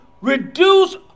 reduce